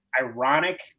ironic